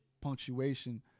punctuation